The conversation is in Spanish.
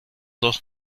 dos